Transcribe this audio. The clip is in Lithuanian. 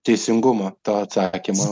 teisingumo to atsakymo